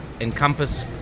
encompass